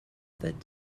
that